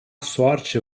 sorte